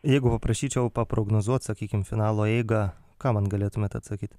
jeigu va prašyčiau paprognozuot sakykim finalo eigą ką man galėtumėte atsakyt